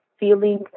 feeling